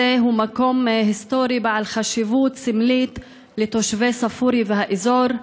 הוא מקום היסטורי בעל חשיבות סמלית לתושבי ספוריה והאזור.